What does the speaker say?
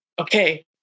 okay